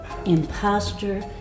imposter